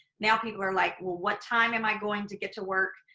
now people are like, well, what time am i going to get to work?